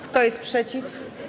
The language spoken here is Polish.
Kto jest przeciw?